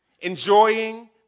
Enjoying